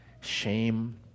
shame